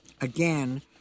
again